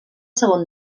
segon